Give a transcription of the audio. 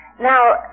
Now